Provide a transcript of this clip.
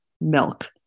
milk